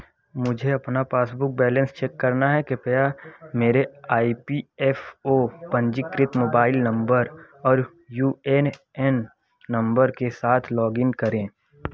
मुझे अपना passbook balance check करना है कृपया मेरे आई पी एफ़ ओ पंजीकृत मोबाइल नंबर और यू एन एन नंबर के साथ लॉगिन करें